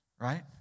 Right